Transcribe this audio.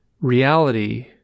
reality